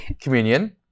communion